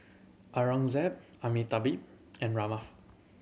Aurangzeb Amitabh and Ramnath